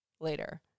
later